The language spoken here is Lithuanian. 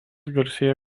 garsėja